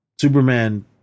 Superman